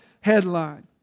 headline